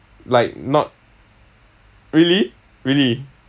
like not really really